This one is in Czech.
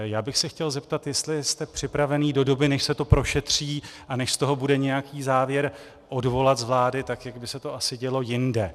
Já bych se chtěl zeptat, jestli jste připraven do doby, než se to prošetří a než z toho bude nějaký závěr, odvolat ji z vlády, tak jak by se to asi dělo jinde.